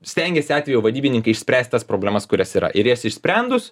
stengėsi atvejo vadybininkai išspręst tas problemas kurios yra ir jas išsprendus